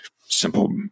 simple